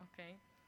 אוקיי.